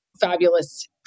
fabulous